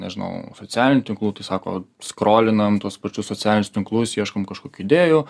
nežinau socialinių tinklų tai sako skrolinam tuos pačius socialinius tinklus ieškom kažkokių idėjų